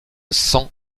cent